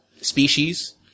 species